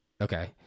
Okay